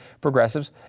progressives